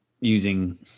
using